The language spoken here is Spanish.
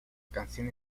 canción